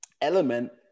element